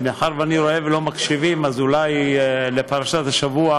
מאחר שאני רואה שלא מקשיבים, אולי לפרשת השבוע